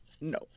No